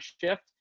shift